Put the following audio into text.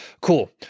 cool